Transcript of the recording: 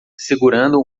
segurando